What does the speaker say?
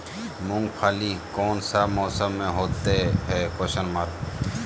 मूंगफली कौन सा मौसम में होते हैं?